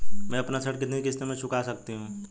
मैं अपना ऋण कितनी किश्तों में चुका सकती हूँ?